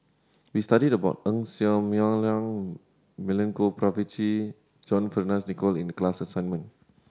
we studied about Ng Ser Miang Milenko Prvacki John Fearns Nicoll in the class assignment